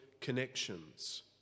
connections